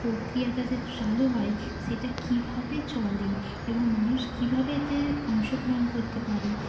প্রক্রিয়াটা যে চালু হয় সেইটা কিভাবে চলে এবং মানুষ কিভাবে এতে অংশগ্রহণ করতে পারে